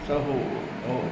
ਸਭ